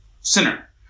sinner